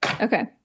Okay